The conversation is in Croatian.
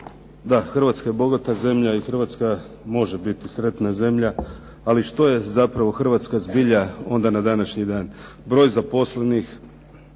DA Hrvatska je bogata zemlja i Hrvatska može biti sretna zemlja, ali što je Hrvatska zapravo onda na današnji dan. Broj zaposlenih